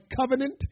covenant